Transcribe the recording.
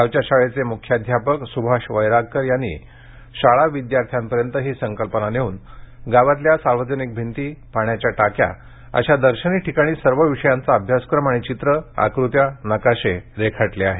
गावच्या शाळेचे मुख्याध्यापक सुभाष वैरागकर यांनी शाळा विद्यार्थ्यांपर्यंत ही संकल्पना घेऊन गावातल्या सार्वजनिक भिंती पाण्याच्या टाक्या अशा दर्शनी ठिकाणी सर्व विषयांचा अभ्यासक्रम आणि चित्र आकृत्या नकाशे रेखाटले आहेत